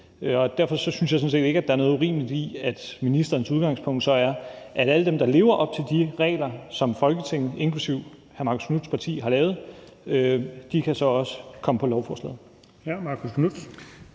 Og derfor synes jeg sådan set ikke, at der er noget urimeligt i, at ministerens udgangspunkt er, at alle dem, der lever op til de regler, som Folketinget, inklusive hr. Marcus Knuths parti, har lavet, så også kan komme på lovforslaget.